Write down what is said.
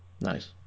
Nice